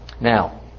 Now